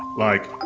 like,